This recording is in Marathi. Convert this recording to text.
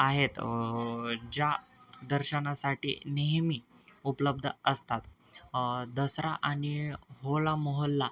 आहेत ज्या दर्शनासाठी नेहमी उपलब्ध असतात दसरा आणि होला मोहल्ला